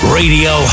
radio